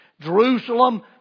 Jerusalem